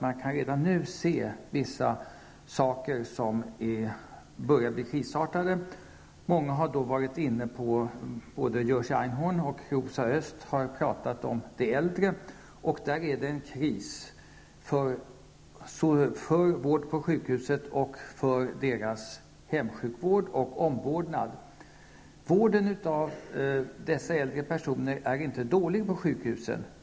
Man kan redan nu se vissa saker som börjar bli krisartade. Både Jerzy Einhorn och Rosa Östh har pratat om de äldre. För dem är det kris, såväl när det gäller vård på sjukhus som när det gäller deras hemsjukvård och omvårdnad. Vården av dessa äldre personer är inte dålig på sjukhusen.